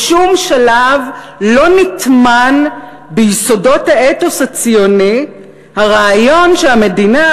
בשום שלב לא נטמן ביסודות האתוס הציוני הרעיון שהמדינה